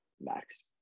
Max